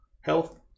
health